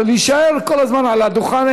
להישאר כל הזמן על הדוכן.